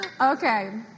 Okay